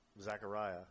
Zechariah